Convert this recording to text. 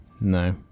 No